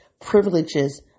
privileges